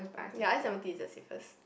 ya ice lemon tea is the safest